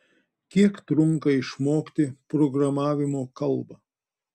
kiek trunka išmokti programavimo kalbą